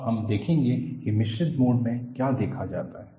अब हम देखेंगे कि मिश्रित मोड में क्या देखा जाता है